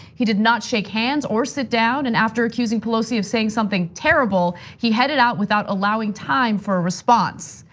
he did not shake hands or sit down, and after accusing pelosi of saying something terrible, he headed out without allowing time for a response.